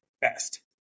best